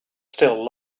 still